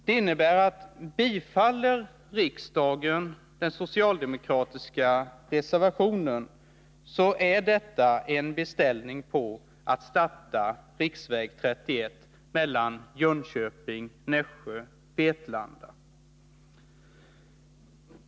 Det innebär att om riksdagen bifaller den socialdemokratiska reservationen är detta en beställning på att starta riksväg 31 mellan Jönköping, Nässjö och Vetlanda.